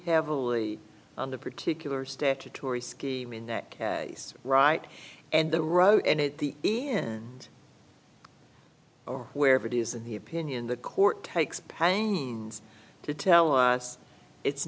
heavily on the particular statutory scheme in that case right and the route and it the in or wherever it is in the opinion that court takes pains to tell us it's